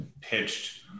pitched